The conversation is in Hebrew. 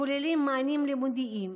הכוללים מענים לימודיים,